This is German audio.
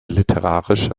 literarische